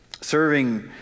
serving